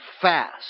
fast